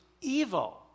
evil